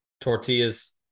Tortillas